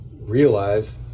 realize